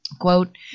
Quote